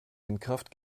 windkraft